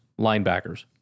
linebackers